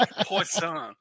Poison